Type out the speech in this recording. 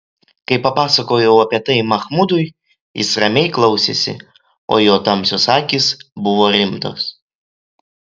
kai papasakojau apie tai machmudui jis ramiai klausėsi o jo tamsios akys buvo rimtos